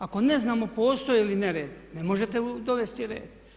Ako ne znamo postoji li nered ne možete dovesti red.